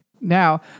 Now